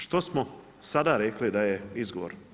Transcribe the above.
Što smo sada rekli da je izgovor?